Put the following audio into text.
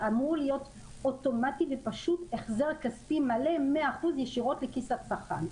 שאמור להיות אוטומטי ופשוט החזר כספי מלא של 100% ישירות לכיס הצרכן.